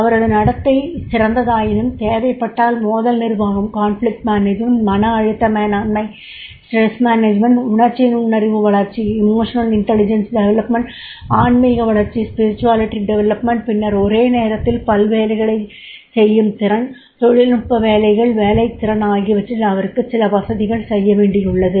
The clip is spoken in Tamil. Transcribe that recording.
அவரது நடத்தை சிறந்ததாயினும் தேவைப்பட்டால் மோதல் நிர்வாகம் மன அழுத்த மேலாண்மை உணர்ச்சி நுண்ணறிவு வளர்ச்சி ஆன்மீக வளர்ச்சி பின்னர் ஒரே நேரத்தில் பலவேலைகளைச் செய்யும் திறன் தொழில்நுட்ப வேலைகள் வேலைத் திறன் ஆகியவற்றில் அவருக்கு சில வசதிகள் செய்ய வேண்டியுள்ளது